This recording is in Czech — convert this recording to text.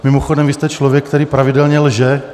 Mimochodem, vy jste člověk, který pravidelně lže.